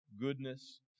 goodness